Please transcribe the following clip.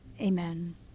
Amen